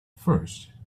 first